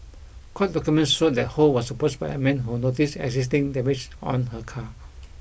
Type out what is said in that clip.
court documents showed that Ho was approached by a man who noticed existing damage on her car